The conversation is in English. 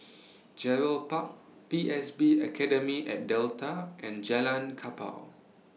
Gerald Park P S B Academy At Delta and Jalan Kapal